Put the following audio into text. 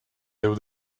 déu